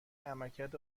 عملکرد